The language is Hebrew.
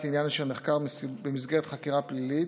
לעניין אשר נחקר במסגרת חקירה פלילית,